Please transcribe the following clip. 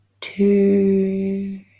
two